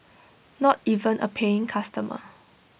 not even A paying customer